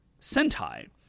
Sentai